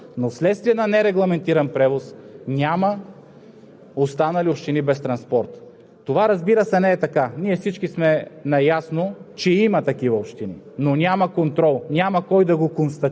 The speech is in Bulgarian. Отговорът от министъра на транспорта е, че няма такива общини вследствие на нерегламентиран превоз. Има вследствие на отказали се превозвачи, поради липса на пътници, но вследствие на нерегламентиран превоз няма